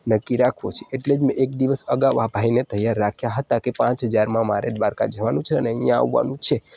નક્કી રાખવો છે એટલે જ એક દિવસ અગાઉ આ ભાઈને તૈયાર રાખ્યા હતા કે પાંચ હજારમાં મારે દ્વારકા જવાનું છે અને અહીંયા આવવાનું છે